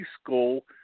school